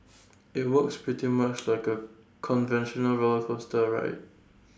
IT works pretty much like A conventional roller coaster ride